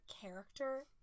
character